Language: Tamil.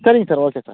சரிங் சார் ஓகே சார்